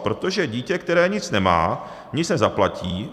Protože dítě, které nic nemá, nic nezaplatí.